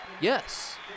yes